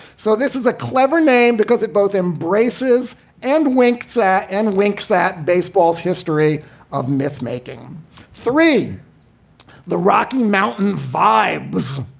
so this is a clever name because it both embraces and winks ah and winks at baseball's history of mythmaking three the rocky mountain. five was